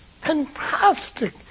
fantastic